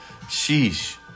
sheesh